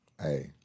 hey